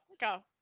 go